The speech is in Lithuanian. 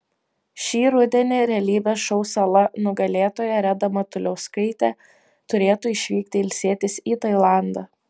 šį rudenį realybės šou sala nugalėtoja reda matuliauskaitė turėtų išvykti ilsėtis į tailandą